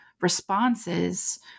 responses